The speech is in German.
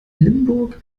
limburg